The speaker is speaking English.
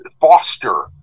foster